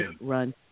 run